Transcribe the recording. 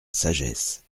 sagesse